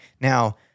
Now